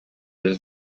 del